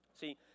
see